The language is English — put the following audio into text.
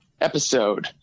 episode